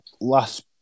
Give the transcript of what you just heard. last